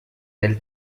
del